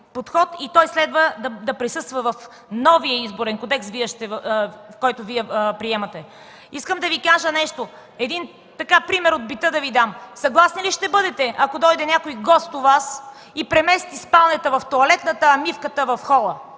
и той следва да присъства в новия Изборен кодекс, който Вие приемате. Искам да Ви дам пример от бита: съгласни ли ще бъдете, ако дойде някой гост у Вас и премести спалнята в тоалетната, мивката в хола,